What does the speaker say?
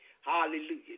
Hallelujah